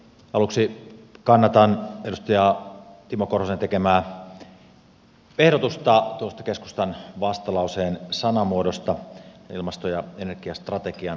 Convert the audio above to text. aluksi kannatan edustaja timo korhosen tekemää ehdotusta tuosta keskustan vastalauseen sanamuodosta ilmasto ja energiastrategian yhteydessä